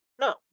No